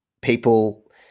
people